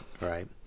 right